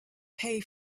pay